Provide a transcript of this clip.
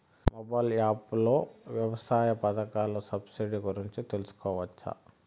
Mobile app లో వ్యవసాయ పథకాల సబ్సిడి గురించి తెలుసుకోవచ్చా?